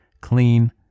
clean